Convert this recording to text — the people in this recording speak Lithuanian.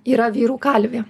yra vyrų kalvė